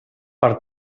per